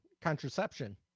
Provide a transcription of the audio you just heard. Contraception